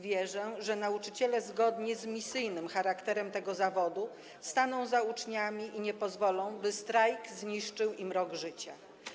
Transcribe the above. Wierzę, że nauczyciele zgodnie z misyjnym charakterem tego zawodu staną za uczniami i nie pozwolą, by strajk zniszczył im rok życia.